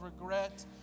regret